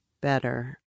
better